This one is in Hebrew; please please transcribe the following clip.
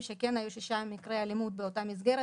שכן היו שישה מקרי אלימות באותה מסגרת,